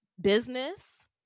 business